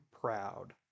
proud